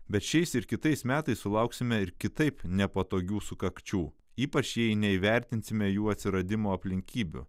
bet šiais ir kitais metais sulauksime ir kitaip nepatogių sukakčių ypač jei neįvertinsime jų atsiradimo aplinkybių